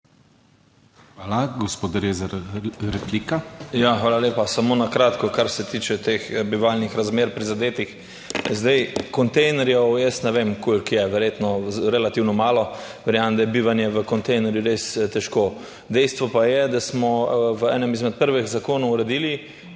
Svoboda): Ja, hvala lepa. Samo na kratko, kar se tiče teh bivalnih razmer, prizadetih. Zdaj, kontejnerjev, jaz ne vem koliko je, verjetno relativno malo. Verjamem, da je bivanje v kontejnerju res težko. Dejstvo pa je, da smo v enem izmed prvih zakonov uredili